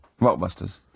rockbusters